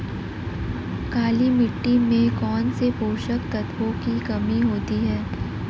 काली मिट्टी में कौनसे पोषक तत्वों की कमी होती है?